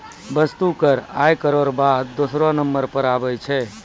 वस्तु कर आय करौ र बाद दूसरौ नंबर पर आबै छै